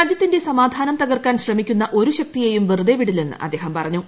രാജൃത്തിന്റെ സമാധാനം തകർക്കാൻ ശ്രമിക്കുന്ന ഒരു ശക്തിയേയും വെറുതെ വിടില്ലെന്ന് അദ്ദേഹം പറഞ്ഞു